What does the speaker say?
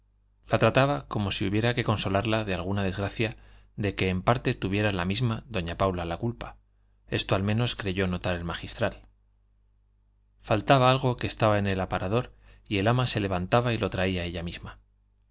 la trataba como si hubiera que consolarla de alguna desgracia de que en parte tuviera la misma doña paula la culpa esto al menos creyó notar el magistral faltaba algo que estaba en el aparador y el ama se levantaba y lo traía ella misma